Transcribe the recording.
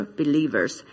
believers